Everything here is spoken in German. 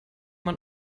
man